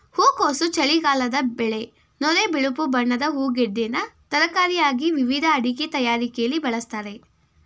ಹೂಕೋಸು ಚಳಿಗಾಲದ ಬೆಳೆ ನೊರೆ ಬಿಳುಪು ಬಣ್ಣದ ಹೂಗೆಡ್ಡೆನ ತರಕಾರಿಯಾಗಿ ವಿವಿಧ ಅಡಿಗೆ ತಯಾರಿಕೆಲಿ ಬಳಸ್ತಾರೆ